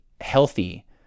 healthy